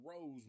rose